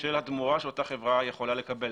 של התמורה שאותה חברה יכולה לקבל,